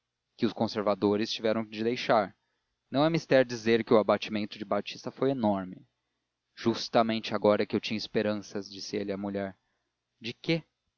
que os conservadores tiveram de deixar não é mister dizer que o abatimento de batista foi enorme justamente agora que eu tinha esperanças disse ele à mulher de quê